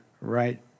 right